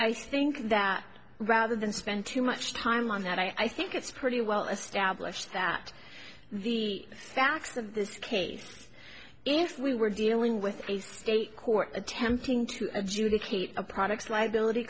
i think that rather than spend too much time on that i think it's pretty well established that the facts of this case if we were dealing with a state court attempting to adjudicate our products liability